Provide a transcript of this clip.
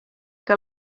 que